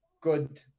Good